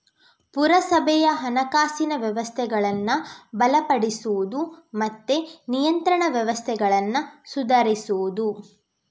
ಪುರಸಭೆಯ ಹಣಕಾಸಿನ ವ್ಯವಸ್ಥೆಗಳನ್ನ ಬಲಪಡಿಸುದು ಮತ್ತೆ ನಿಯಂತ್ರಣ ವ್ಯವಸ್ಥೆಗಳನ್ನ ಸುಧಾರಿಸುದು